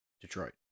Detroit